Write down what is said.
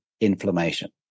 inflammation